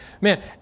man